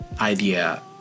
idea